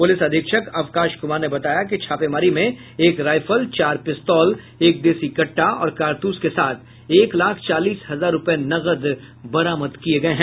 police अधीक्षक अवकाश कुमार ने बताया कि छापेमारी में एक राइफल चार पिस्तौल एक देशी कट्टा और कारतूस के साथ एक लाख चालीस हजार रूपए नकद भी बरामद किया गया है